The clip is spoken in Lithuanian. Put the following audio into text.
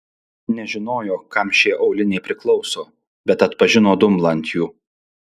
nežinojo kam šie auliniai priklauso bet atpažino dumblą ant jų